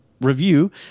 review